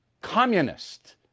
communist